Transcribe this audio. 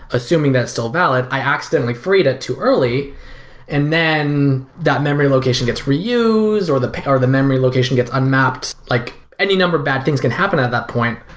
assuming that's still valid, i accidentally freed it too early and then that memory location gets reused or the or the memory location gets unmapped, like any number of bad things can happen at that point,